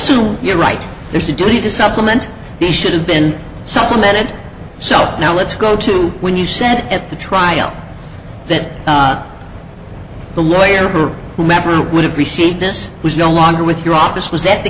assume you're right there's a duty to supplement the should have been supplemented so now let's go to when you said at the trial that the lawyer for whomever would have received this was no longer with your office was that the